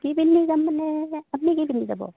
কি পিন্ধি যাম মানে আপুনি কি পিন্ধি যাব